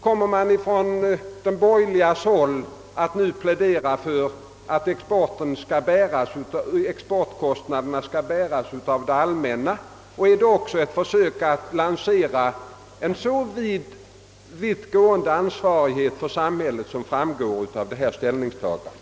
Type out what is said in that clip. Kommer de borgerliga nu att plädera för att exportkostnaderna skall bäras av det allmänna? Är detta ett försök att lansera en så vittgående ansvarighet för samhället som framgår av ert ställningstagande?